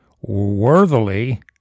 worthily